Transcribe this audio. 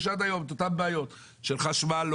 יש עד היום את אותן בעיות של חשמל לא